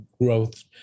growth